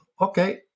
okay